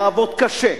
יעבוד קשה,